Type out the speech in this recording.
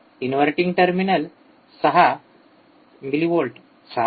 inverting टर्मिनलमध्ये ६ millivolt ६